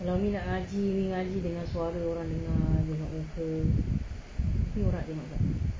kalau umi nak ngaji umi ngaji dengan suara orang dengar tengok muka fikir orang nak tengok tak